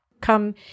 come